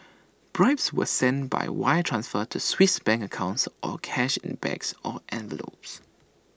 bribes were sent by wire transfer to Swiss bank accounts or cash in bags or envelopes